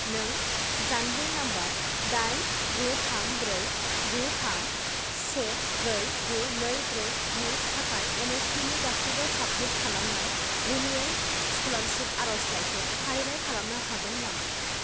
नों जानबुं नाम्बार दाइन गु थाम ब्रै गु थाम से ब्रै गु नै ब्रैनि थाखाय एन एस पि नि गासैबो साबमिट खालामनाय रिनिउवेल स्क'लारसिप आर'जलाइखौ फारिलाइ खालामनो हागोन नामा